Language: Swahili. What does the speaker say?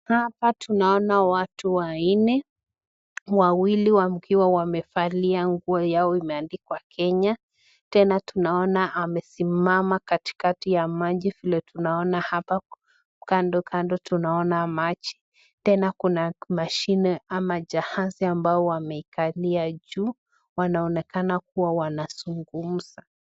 Hapa tunaona watu wanne, wawili wakiwa wamevalia nguo yao imeandikwa Kenya. Tena tunaona amesimama katikati ya maji vile tunaona hapa kando kando tunaona maji, tena kuna mashini ama jahazi ambao wamekalia juu, wanaonekana kuwa wanazungumza.